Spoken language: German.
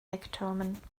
ecktürmen